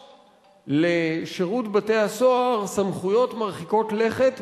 לשירות בתי-הסוהר סמכויות מרחיקות לכת,